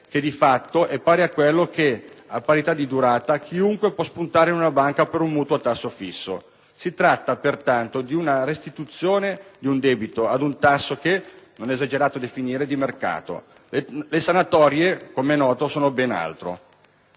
che di fatto è pari a quello che, a parità di durata, chiunque può spuntare in una banca per un mutuo a tasso fisso. Si tratta pertanto di una restituzione di un debito ad un tasso che non è esagerato definire di mercato. Le sanatorie, come è noto, sono ben altro.